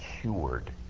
cured